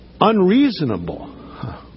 unreasonable